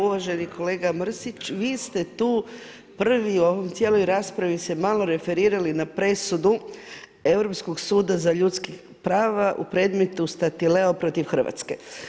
Uvaženi kolega Mrsić, vi ste tu prvi u ovoj cijeloj raspravi se malo referirali na presudu Europskog suda za ljudska prava u predmetu Statileo protiv Hrvatske.